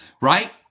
right